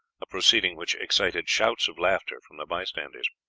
a proceeding which excited shouts of laughter from the bystanders.